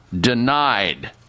denied